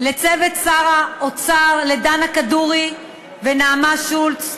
לצוות שר האוצר, לדנה כדורי ונעמה שולץ,